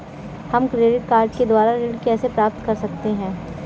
हम credit card के द्वारा ऋण कैसे प्राप्त कर सकते हैं?